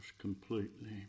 completely